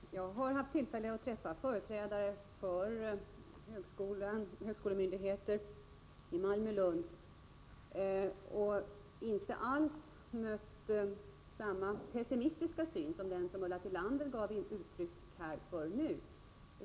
Herr talman! Jag har haft tillfälle att träffa företrädare för högskolemyndigheter i Malmö-Lund och inte alls mött samma pessimistiska syn som Ulla Tillander gav uttryck för nu.